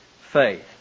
faith